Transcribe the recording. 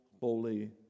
holy